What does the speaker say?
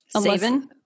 Saving